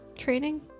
Training